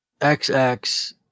XX